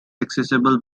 accessible